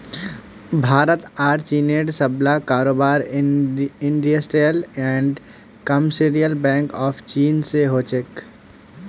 भारत आर चीनेर सबला कारोबार industrial and commercial bank of चीन स हो छेक